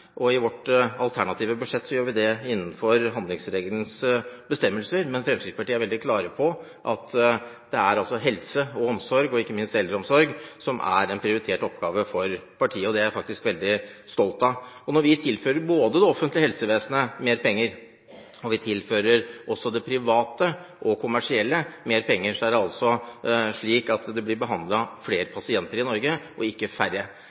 og i vårt alternative budsjett gjør vi det innenfor handlingsregelens bestemmelser. Men Fremskrittspartiet er veldig klar på at det er helse og omsorg, ikke minst eldreomsorg, som er en prioritert oppgave for partiet, og det er jeg faktisk veldig stolt av. Når vi tilfører både det offentlige helsevesenet og det private og kommersielle helsevesenet mer penger, så er det altså slik at det blir behandlet flere pasienter i Norge, og ikke færre.